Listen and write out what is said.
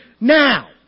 now